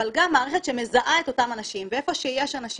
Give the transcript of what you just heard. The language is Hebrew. אבל גם מערכת שמזהה את אותם אנשים ואיפה שיש אנשים,